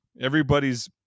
everybody's